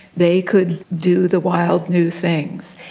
they could do the wild new things.